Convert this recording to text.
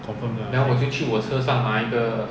confirm lah